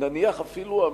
נניח אפילו אמיץ,